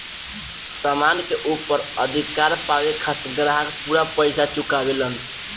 सामान के ऊपर अधिकार पावे खातिर ग्राहक पूरा पइसा चुकावेलन